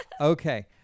Okay